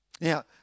Now